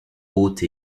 haute